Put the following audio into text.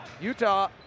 Utah